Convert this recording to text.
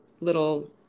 little